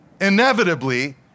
inevitably